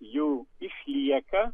jų išlieka